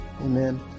Amen